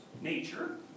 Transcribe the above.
nature